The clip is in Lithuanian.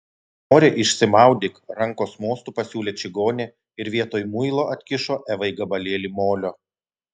nori išsimaudyk rankos mostu pasiūlė čigonė ir vietoj muilo atkišo evai gabalėlį molio